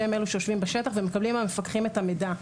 שהם אלו שיושבים בשטח ומקבלים מהמפקחים את המידע.